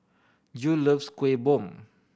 Jule loves Kuih Bom